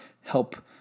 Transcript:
help